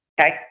Okay